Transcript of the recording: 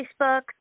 Facebook